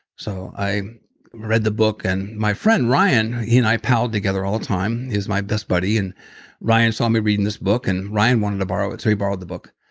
so i read the book, and my friend ryan, he and i pulled together all the time, he's my best buddy. and ryan saw me reading this book, and ryan wanted to borrow it, so he borrowed the book